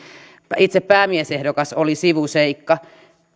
itse päämiesehdokas oli sivuseikka